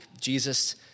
Jesus